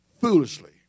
foolishly